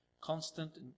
constant